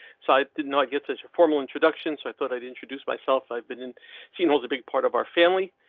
so i did not get this formal introduction, so i thought i'd introduce myself. i've been seen holds a big part of our family.